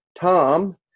Tom